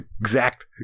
exact